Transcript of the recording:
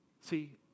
See